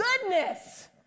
Goodness